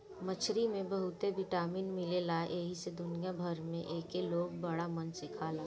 मछरी में बहुते विटामिन मिलेला एही से दुनिया भर में एके लोग बड़ा मन से खाला